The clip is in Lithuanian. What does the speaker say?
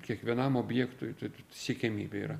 kiekvienam objektui siekiamybė yra